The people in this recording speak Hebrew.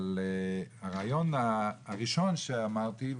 אבל הרעיון הראשון שאמרתי,